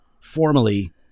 formally